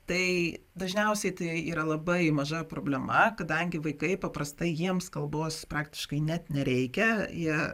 tai dažniausiai tai yra labai maža problema kadangi vaikai paprastai jiems kalbos praktiškai net nereikia jie